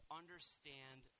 understand